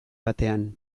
batean